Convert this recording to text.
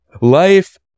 life